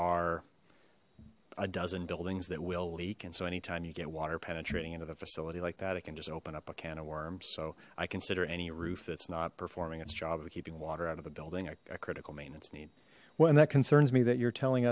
are a dozen buildings that will leak and so anytime you get water penetrating into the facility like that it can just open up a can of worms so i consider any roof that's not performing its job of keeping water out of the building a critical maintenance need well and that concerns me that you're telling